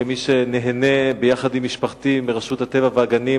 כמי שנהנה ביחד עם משפחתי מרשות הטבע והגנים,